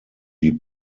die